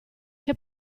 che